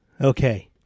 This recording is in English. Okay